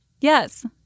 Yes